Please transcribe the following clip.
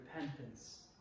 repentance